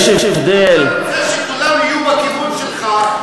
אתה רוצה שכולם ילכו בדרך שלך.